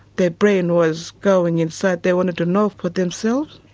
their brain was going inside. they wanted to know for themselves.